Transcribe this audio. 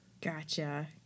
Gotcha